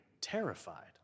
terrified